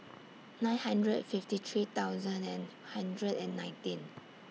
nine hundred fifty three thousand and hundred and nineteen